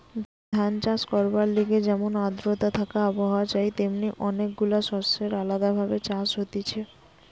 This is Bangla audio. ধান চাষ করবার লিগে যেমন আদ্রতা থাকা আবহাওয়া চাই তেমনি অনেক গুলা শস্যের আলদা ভাবে চাষ হতিছে